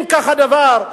אם כך הדבר,